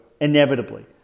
Inevitably